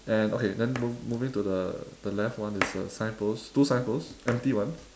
and okay then mov~ moving to the the left one is a signpost two signpost empty [one]